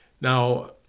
now